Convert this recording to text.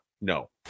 No